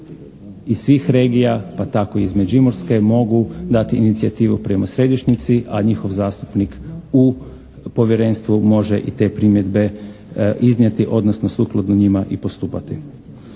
iz svih regija pa tako i iz međimurske mogu dati inicijativu prema središnjici a njihov zastupnik u povjerenstvu može i te primjedbe iznijeti odnosno sukladno njima i postupati.